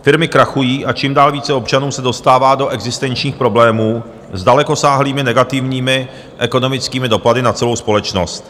Firmy krachují a čím dál více občanů se dostává do existenčních problémů s dalekosáhlými negativními ekonomickými dopady na celou společnost.